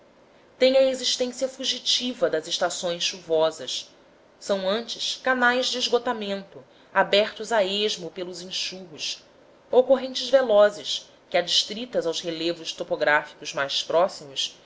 têm a existência fugitiva das estações chuvosas são antes canais de esgotamento abertos a esmo pelos enxurros ou correntes velozes que adstritas aos relevos topográficos mais próximos